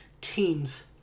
team's